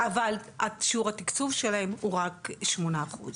אבל שיעור התקצוב שלהם הוא רק שמונה אחוז.